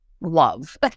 love